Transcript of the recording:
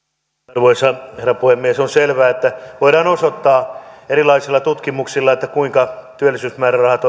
arvoisa puhemies on selvää että voidaan osoittaa erilaisilla tutkimuksilla kuinka työllisyysmäärärahat